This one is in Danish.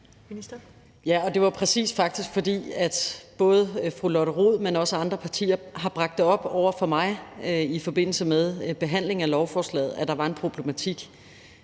faktisk præcis, fordi både fru Lotte Rod, men også andre ordførere har bragt op over for mig i forbindelse med behandlingen af lovforslaget, at der var en problematik.